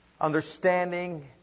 understanding